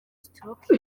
stroke